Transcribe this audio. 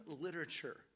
literature